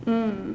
mm